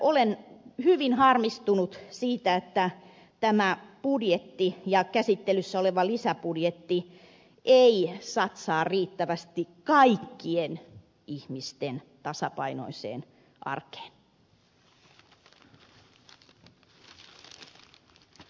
olen hyvin harmistunut siitä että tämä budjetti ja käsittelyssä oleva lisäbudjetti eivät satsaa riittävästi kaikkien ihmisten tasapainoiseen arkeen